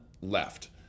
left